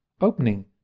opening